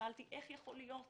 שאלתי: איך יכול להיות